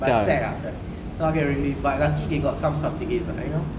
but sad ah sad some of the really but lucky they got some subsidies and like you know